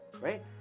right